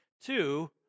Two